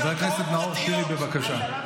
חברי הכנסת נאור שירי, בבקשה.